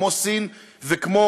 כמו סין והודו,